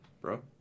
bro